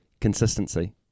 consistency